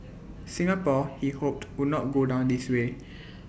Singapore he hoped would not go down this way